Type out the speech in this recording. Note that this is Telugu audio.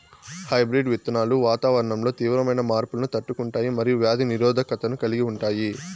హైబ్రిడ్ విత్తనాలు వాతావరణంలో తీవ్రమైన మార్పులను తట్టుకుంటాయి మరియు వ్యాధి నిరోధకతను కలిగి ఉంటాయి